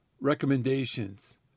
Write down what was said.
recommendations